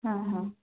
ହଁ ହଁ